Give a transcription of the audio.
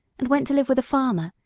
and went to live with a farmer,